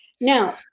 Now